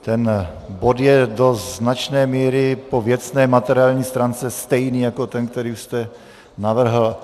Ten bod je do značné míry po věcné, materiální stránce stejný jako ten, který už jste navrhl.